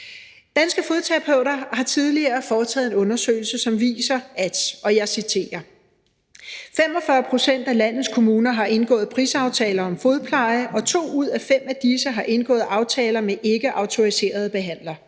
Danske Fodterapeuter har tidligere foretaget en undersøgelse, som viser: »at 45 procent af landets kommuner har indgået prisaftaler om fodpleje, og at to ud af fem af disse har indgået aftaler med ikke-autoriserede behandlere.